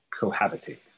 cohabitate